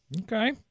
Okay